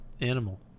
animal